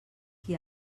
qui